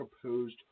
proposed